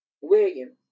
William